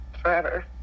forever